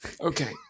Okay